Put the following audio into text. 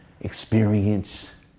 experience